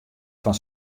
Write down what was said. fan